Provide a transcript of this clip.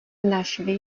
našli